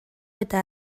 eta